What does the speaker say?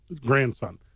Grandson